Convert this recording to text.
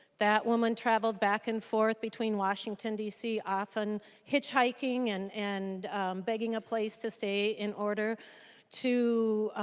that woman traveled back and forth between washington dc often hitchhiking and and begging a place to stay in order to